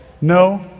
No